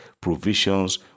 provisions